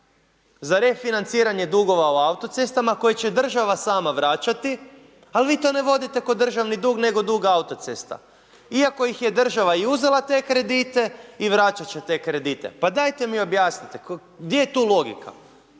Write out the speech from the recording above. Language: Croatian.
za refinanciranje dugova u autocestama, koje će država sama vraćati, ali vi to ne vodite kao državni dug, nego dug autocesta. Iako ih je država i uzela te kredite i vraćat će te kredite. Pa dajte mi objasnite, gdje je tu logika.